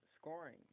scoring